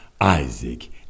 Isaac